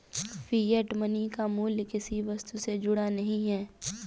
fiat money का मूल्य किसी वस्तु से जुड़ा नहीं है